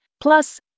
plus